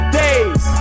days